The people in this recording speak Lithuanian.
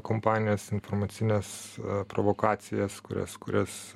kompanijas informacines provokacijas kurias kurias